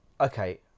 Okay